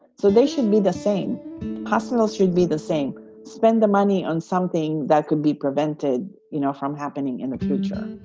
so they should be the same hospital should be the same spend the money on something that could be prevented you know from happening in the future